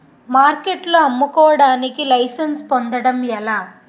మార్కెట్లో అమ్ముకోడానికి లైసెన్స్ పొందడం ఎలా?